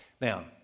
Now